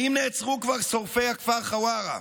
האם נעצרו כבר שורפי הכפר חווארה?